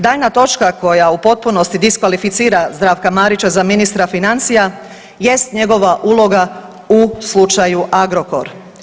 Daljnja točka koja u potpunosti diskvalificira Zdravka Marića za ministra financija jest njegova uloga u slučaju Agrokor.